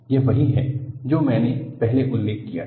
यह वही है जो मैंने पहले उल्लेख किया था